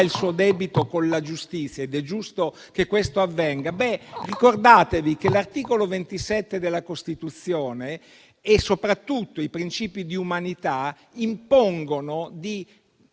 il suo debito con la giustizia (come è giusto che avvenga), ricordatevi che l'articolo 27 della Costituzione e soprattutto i principi di umanità impongono di